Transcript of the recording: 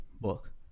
book